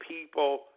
people –